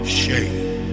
shame